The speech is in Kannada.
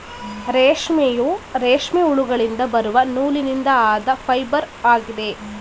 ರೇಷ್ಮೆಯು, ರೇಷ್ಮೆ ಹುಳುಗಳಿಂದ ಬರುವ ನೂಲಿನಿಂದ ಆದ ಫೈಬರ್ ಆಗಿದೆ